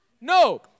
No